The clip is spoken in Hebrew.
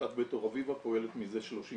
עמותת בית אור אביבה פועלת מזה 30 שנה,